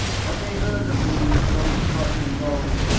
but they heard of me, those prussian dogs.